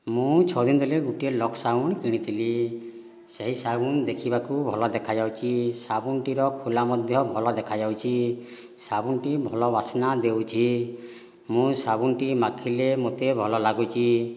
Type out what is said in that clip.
ମୁଁ ଛଅ ଦିନ ତଳେ ଗୋଟିଏ ଲକ୍ସ ସାବୁନ କିଣିଥିଲି ସେହି ସାବୁନ ଦେଖିବାକୁ ଭଲ ଦେଖାଯାଉଛି ସାବୁନଟିର ଖୋଲା ମଧ୍ୟ ଭଲ ଦେଖାଯାଉଛି ସାବୁନଟି ଭଲ ବାସ୍ନା ଦେଉଛି ମୁଁ ସାବୁନଟି ମାଖିଲେ ମୋତେ ଭଲ ଲାଗୁଛି